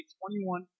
21